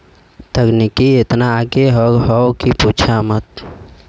तकनीकी एतना आगे हौ कि पूछा मत